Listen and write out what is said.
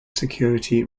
security